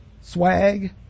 Swag